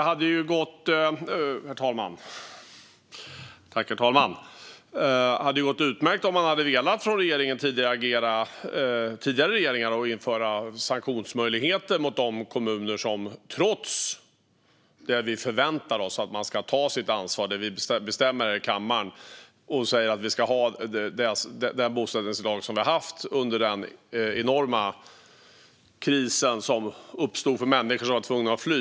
Herr talman! Det hade gått utmärkt om tidigare regeringar hade velat agera och införa sanktionsmöjligheter mot kommuner. Vi förväntar oss att de ska ta sitt ansvar när vi bestämmer det här i kammaren. Vi säger att vi ska ha den bosättningslag som vi har haft under den enorma kris som uppstod för människor som var tvungna att fly.